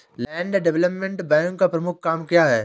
Land development bank का प्रमुख काम क्या है?